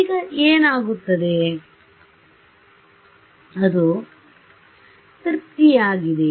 ಈಗ ಏನಾಗುತ್ತದೆ ಅದು ತೃಪ್ತಿಯಾಗಿದೆಯ